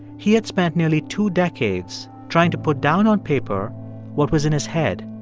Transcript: he had spent nearly two decades trying to put down on paper what was in his head,